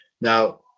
Now